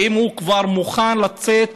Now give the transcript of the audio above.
אם הוא כבר מוכן לצאת